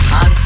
on